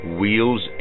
wheels